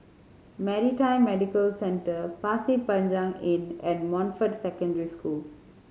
Maritime Medical Centre Pasir Panjang Inn and Montfort Secondary School